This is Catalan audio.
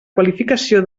qualificació